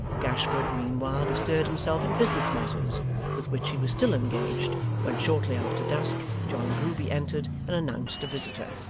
gashford, meanwhile, bestirred himself in business matters with which he was still engaged when, shortly after dusk, john grueby entered and announced a visitor.